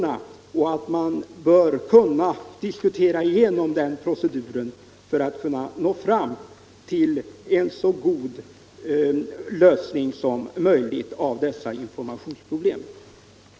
Han sade att man bör kunna diskutera igenom den proceduren för att nå fram till en så god lösning som möjligt av informationsproblemen.